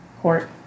court